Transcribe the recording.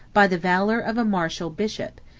by the valor of a martial bishop,